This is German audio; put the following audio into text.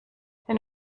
den